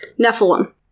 Nephilim